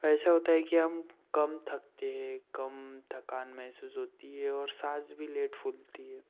ऐसा होता है कि हम कम थकते हैं कम थकान मेहसूस होती है और साँस भी लेट फूलती है